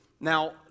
Now